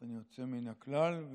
באופן יוצא מן הכלל,